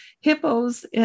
hippos